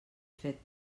fet